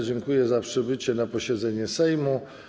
Dziękuję za przybycie na posiedzenie Sejmu.